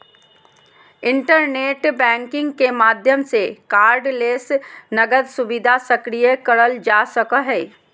internet banking के माध्यम से कार्डलेस नकद सुविधा सक्रिय करल जा सको हय